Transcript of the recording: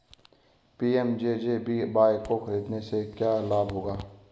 PMJJBY को खरीदने से क्या लाभ होगा?